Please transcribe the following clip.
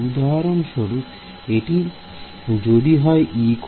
উদাহরণস্বরূপ এটি যদি হয় e 1 e 2